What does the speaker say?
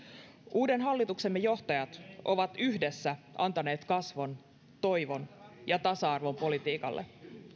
uuden hallituksemme johtajat ovat yhdessä antaneet kasvot toivon ja tasa arvon politiikalle